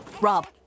Rob